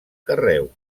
carreu